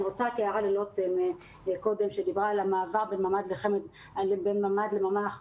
אני רוצה להעיר הערה ללטם פרי-חזן שדיברה על המעבר בין ממ"ד לממ"ח.